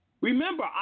Remember